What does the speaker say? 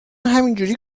همینجوری